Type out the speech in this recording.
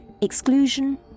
exclusion